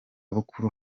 bukuru